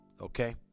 okay